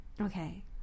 Okay